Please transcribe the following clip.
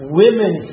women